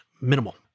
minimal